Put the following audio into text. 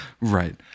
right